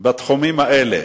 בתחומים האלה.